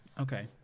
Okay